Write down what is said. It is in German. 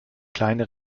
kleine